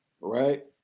right